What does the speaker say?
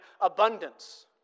abundance